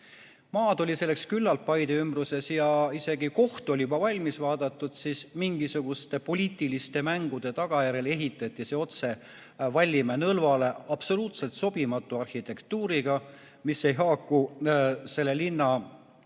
maad selleks oli küllalt Paide ümbruses ja isegi koht oli juba valmis vaadatud, ehitati see mingisuguste poliitiliste mängude tagajärjel otse vallimäe nõlvale ja absoluutselt sobimatu arhitektuuriga, mis ei haaku selle linna